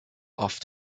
off